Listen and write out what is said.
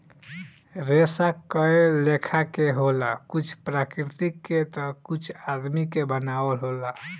रेसा कए लेखा के होला कुछ प्राकृतिक के ता कुछ आदमी के बनावल होला